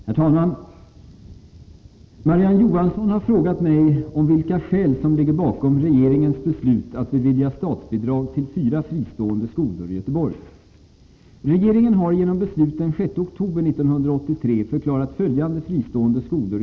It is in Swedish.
Herr talman! Marie-Ann Johansson har frågat mig om vilka skäl som ligger bakom regeringens beslut att bevilja statsbidrag till fyra fristående skolor i Göteborg.